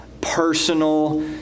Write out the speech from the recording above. personal